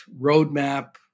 roadmap